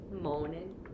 morning